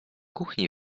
kuchni